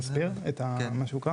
להסביר את מה שנקרא